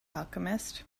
alchemist